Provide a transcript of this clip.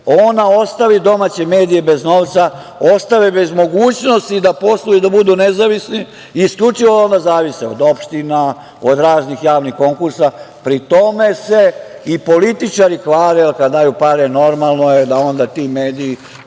ona ostavi domaće medije bez novca, ostave bez mogućnosti da posluju da budu nezavisni i isključivo onda zavise od opština, od raznih javnih konkursa, pri tome se i političari hvale, kada daju pare, normalno je da onda ti mediji